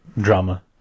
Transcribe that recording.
drama